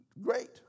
great